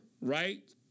right